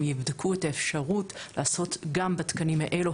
יבדקו את האפשרות לעשות התאמות גם בתקנים האלה,